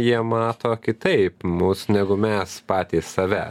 jie mato kitaip mus negu mes patys save